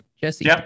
Jesse